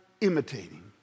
imitating